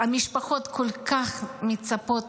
והמשפחות כל כך מצפות,